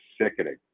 sickening